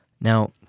Now